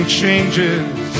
changes